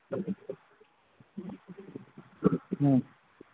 ꯎꯝ